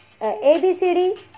ABCD